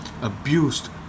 abused